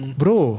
bro